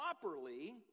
properly